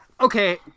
okay